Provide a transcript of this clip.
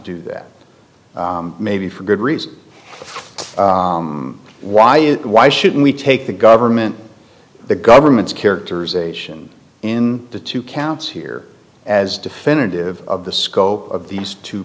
do that maybe for good reason why it why should we take the government the government's characterization in the two counts here as definitive of the scope of these two